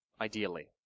Ideally